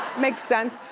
makes sense.